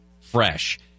fresh